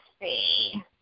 see